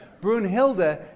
Brunhilde